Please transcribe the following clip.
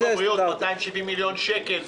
כשאתה מדבר על 270 מיליון שקל,